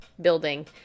building